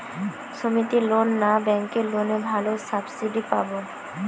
সমিতির লোন না ব্যাঙ্কের লোনে ভালো সাবসিডি পাব?